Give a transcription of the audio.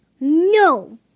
No